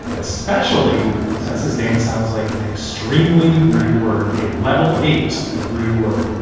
especially since his name sounds like an extremely rude word, a level eight rude word.